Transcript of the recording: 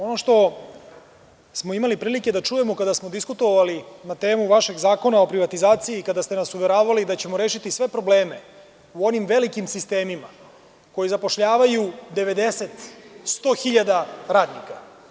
Ono što smo imali prilike da čujemo kada smo diskutovali na temu vašeg zakona o privatizaciji i kada ste nas uveravali da ćemo rešiti sve probleme u onim velikim sistemima, koji zapošljavaju 90, 100 hiljada radnika.